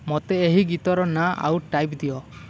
ମୋତେ ଏହି ଗୀତର ନାଁ ଆଉ ଟାଇପ୍ ଦିଅ